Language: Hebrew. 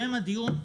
שם הדיון,